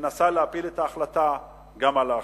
שמנסה להפיל את ההחלטה גם על האחרים.